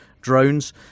drones